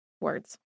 Words